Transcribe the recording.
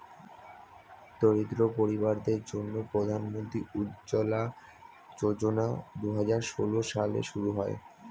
দরিদ্র পরিবারদের জন্যে প্রধান মন্ত্রী উজ্জলা যোজনা দুহাজার ষোল সালে শুরু হয়